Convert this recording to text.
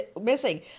missing